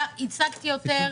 השגתי יותר,